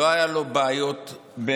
לא היו לו בעיות ביד.